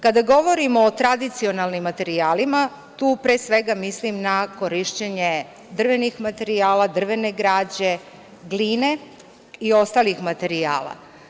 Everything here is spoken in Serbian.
Kada govorimo o tradicionalnim materijalima, tu pre svega mislim na korišćenje drvenih materijala, drvene građe, gline i ostalih materijala.